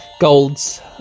Golds